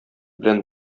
белән